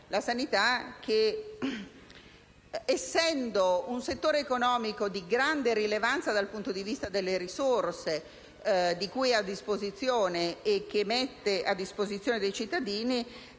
la sanità: essendo un settore economico di grande rilevanza dal punto di vista delle risorse che ha e che mette a disposizione dei cittadini,